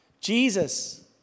Jesus